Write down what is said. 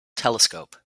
telescope